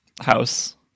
house